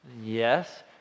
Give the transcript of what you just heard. Yes